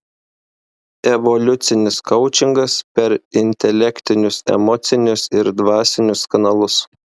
evoliucinis koučingas per intelektinius emocinius ir dvasinius kanalus